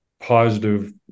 positive